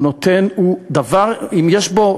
יש בו,